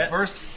Verse